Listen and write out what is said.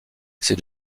c’est